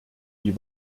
die